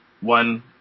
One